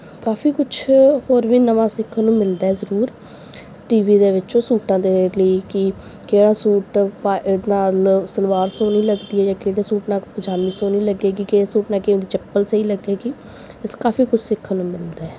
ਕਾਫੀ ਕੁਛ ਹੋਰ ਵੀ ਨਵਾਂ ਸਿੱਖਣ ਨੂੰ ਮਿਲਦਾ ਜ਼ਰੂਰ ਟੀ ਵੀ ਦੇ ਵਿੱਚੋਂ ਸੂਟਾਂ ਦੇ ਲਈ ਕਿ ਕਿਹੜਾ ਸੂਟ ਨਾਲ ਸਲਵਾਰ ਸੋਹਣੀ ਲੱਗਦੀ ਹੈ ਜਾਂ ਕਿਹੜੇ ਸੂਟ ਨਾਲ ਪਜਾਮੀ ਸੋਹਣੀ ਲੱਗੇਗੀ ਕਿਹੜੇ ਸੂਟ ਨਾਲ ਕਿਵੇਂ ਦੀ ਚੱਪਲ ਸਹੀ ਲੱਗੇਗੀ ਇਸ ਕਾਫੀ ਕੁਛ ਸਿੱਖਣ ਨੂੰ ਮਿਲਦਾ